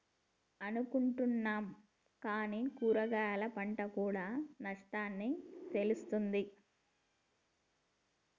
అనుకుంటున్నాం కానీ కూరగాయలు పంట కూడా నష్టాల్ని తెస్తుంది